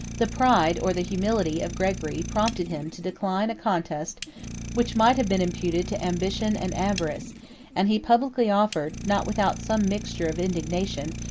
the pride, or the humility, of gregory prompted him to decline a contest which might have been imputed to ambition and avarice and he publicly offered, not without some mixture of indignation,